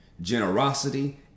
generosity